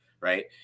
right